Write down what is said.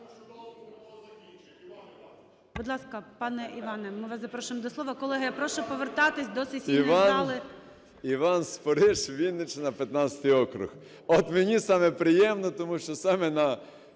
Іван Спориш, Вінниччина, 15-й округ. От мені саме приємно, тому що саме на